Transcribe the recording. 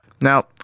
Now